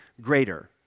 greater